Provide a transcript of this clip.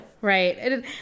Right